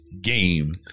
game